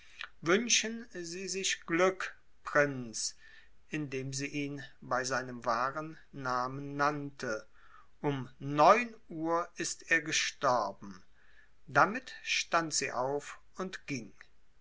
wünschen sie sich glück prinz indem sie ihn bei seinem wahren namen nannte um neun uhr ist er gestorben damit stand sie auf und ging